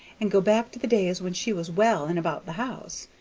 and go back to the days when she was well and about the house.